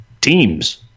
teams